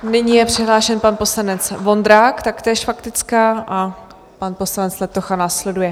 Nyní je přihlášen pan poslanec Vondrák, taktéž faktická, a pan poslanec Letocha následuje.